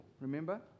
Remember